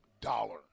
dollar